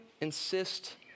insist